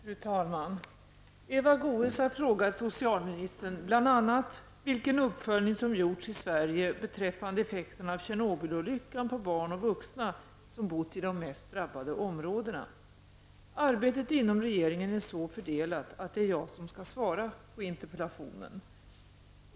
Fru talman! Eva Goe s har frågat socialministern bl.a. vilken uppföljning som gjorts i Sverige beträffande effekterna av Tjernobylolyckan på barn och vuxna som bott i de mest drabbade områdena. Arbetet inom regeringen är så fördelat att det är jag som skall svara på interpellationen.